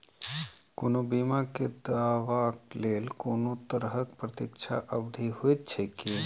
कोनो बीमा केँ दावाक लेल कोनों तरहक प्रतीक्षा अवधि होइत छैक की?